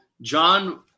John